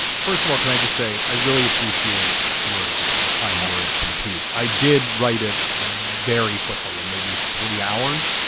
first of all, can i just say i really appreciate your your kind words for the piece. i did write it very quickly and maybe three hours.